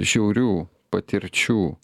žiaurių patirčių